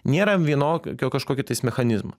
nėra vienokio kažkokį tais mechanizmo